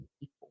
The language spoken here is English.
people